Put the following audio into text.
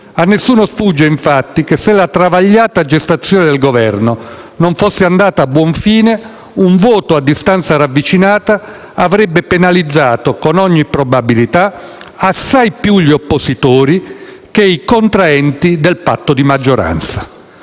A nessuno sfugge infatti che se la travagliata gestazione del Governo non fosse andata a buon fine, un voto a distanza ravvicinata avrebbe penalizzato, con ogni probabilità, assai più gli oppositori che i contraenti del patto di maggioranza.